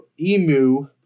Emu